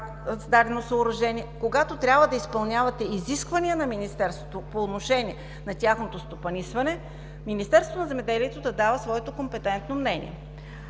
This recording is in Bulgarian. когато трябва да изпълнявате изисквания на Министерството по отношение на тяхното стопанисване, Министерството на земеделието да дава своето компетентно мнение.